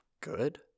good